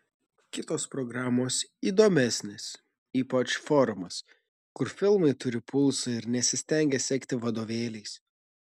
kitos programos įdomesnės ypač forumas kur filmai turi pulsą ir nesistengia sekti vadovėliais